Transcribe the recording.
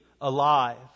alive